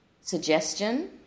suggestion